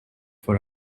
for